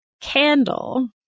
candle